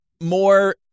more